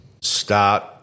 start